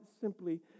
simply